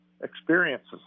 experiences